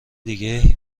دیگه